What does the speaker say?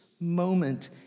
moment